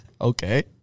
Okay